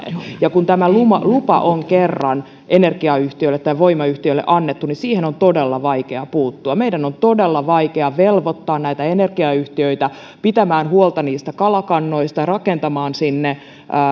ja kun tämä lupa lupa on kerran energiayhtiölle tai voimayhtiölle annettu niin siihen on todella vaikea puuttua meidän on todella vaikea velvoittaa näitä energiayhtiöitä pitämään huolta kalakannoista ja rakentamaan sinne